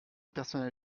personnel